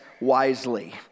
wisely